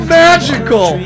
magical